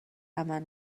عمل